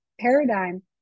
paradigm